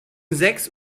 sechs